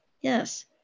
Yes